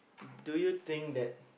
do you think that